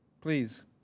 please